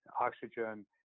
oxygen